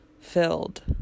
Filled